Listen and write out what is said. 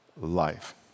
life